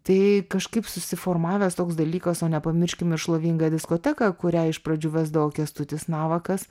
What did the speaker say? tai kažkaip susiformavęs toks dalykas o nepamirškim ir šlovingą diskoteką kurią iš pradžių vesdavo kęstutis navakas